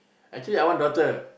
actually I want daughter